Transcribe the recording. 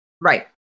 Right